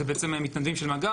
אלה בעצם מתנדבים של מג"ב,